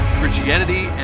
Christianity